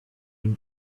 him